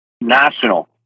national